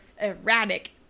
erratic